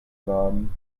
laden